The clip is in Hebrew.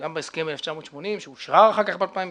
גם בהסכם ב-1980 שאושרר אחר כך ב-2007,